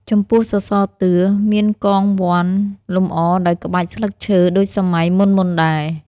ចំពោះសរសើរតឿ មានកងវណ្ឌលម្អដោយក្បាច់ស្លឹកឈើដូចសម័យ មុនៗដែរ។